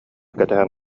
кэтэһэн